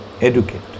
Educate